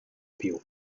più